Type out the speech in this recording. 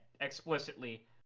Explicitly